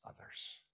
others